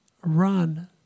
run